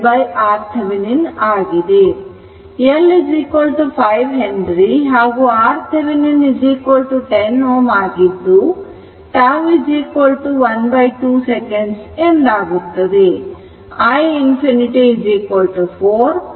L 5 Henry ಹಾಗೂ RThevenin 10 Ω ಆಗಿದ್ದು τ ½ second ಎಂದಾಗುತ್ತದೆ